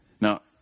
Now